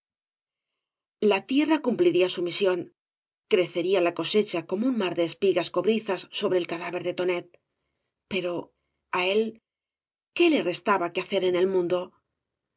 la tierra cumpliría bu mísióo crecería la cosecha como un mar de espigas cobrizas sobre el cadáver de tonet pero á él qué le restaba que hacer en el rauñdo